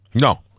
No